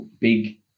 big